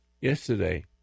yesterday